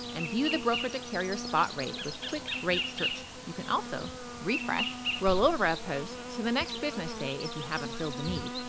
and view the broker to carrier spot rate with quick rate search. you can also refresh, rollover a post to the next business day if you haven't filled the need,